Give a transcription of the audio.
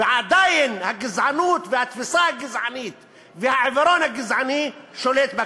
ועדיין הגזענות והתפיסה הגזענית והעיוורון הגזעני שולטים בכיפה,